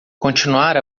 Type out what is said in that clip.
continuar